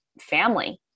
family